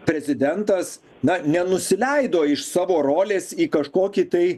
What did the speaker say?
prezidentas na nenusileido iš savo rolės į kažkokį tai